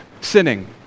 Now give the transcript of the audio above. sinning